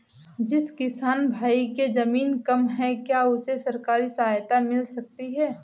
जिस किसान भाई के ज़मीन कम है क्या उसे सरकारी सहायता मिल सकती है?